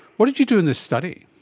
what did you do in this study?